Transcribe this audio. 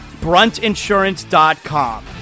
Bruntinsurance.com